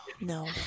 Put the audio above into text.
no